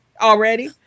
already